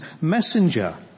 messenger